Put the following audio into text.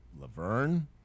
Laverne